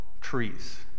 trees